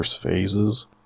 Phases